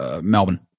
Melbourne